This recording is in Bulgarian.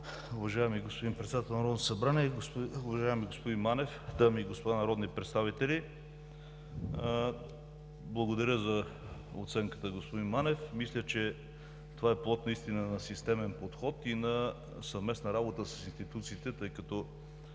Уважаеми господин Председател на Народното събрание, уважаеми господин Манев, дами и господа народни представители! Благодаря за оценката, господин Манев. Мисля, че това наистина е плод на системен подход и на съвместна работа с институциите, тъй като